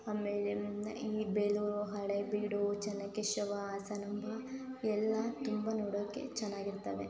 ಆಮೇಲೆ ಈ ಬೇಲೂರು ಹಳೆಬೀಡು ಚೆನ್ನಕೇಶವ ಹಾಸನಾಂಬ ಎಲ್ಲ ತುಂಬ ನೋಡೋಕೆ ಚೆನ್ನಾಗಿರ್ತವೆ